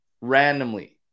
randomly